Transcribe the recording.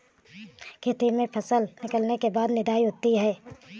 खेती में फसल निकलने के बाद निदाई होती हैं?